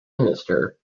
minister